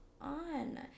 on